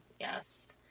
Yes